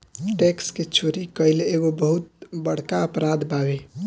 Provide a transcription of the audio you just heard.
tax के चोरी कईल एगो बहुत बड़का अपराध बावे